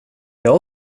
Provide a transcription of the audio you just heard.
jag